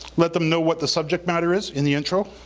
let them know what the subject matter is in the intro.